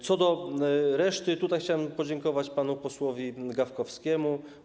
Co do reszty chciałbym podziękować panu posłowi Gawkowskiemu.